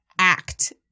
act